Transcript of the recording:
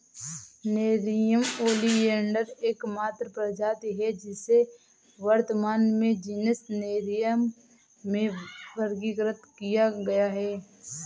nerium oleander एकमात्र प्रजाति है जिसे वर्तमान में जीनस नेरियम में वर्गीकृत किया गया है